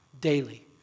daily